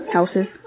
Houses